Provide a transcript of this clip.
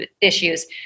issues